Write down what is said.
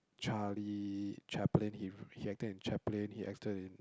Charlie-Chaplin he he acted in Chaplin he acted in